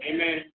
Amen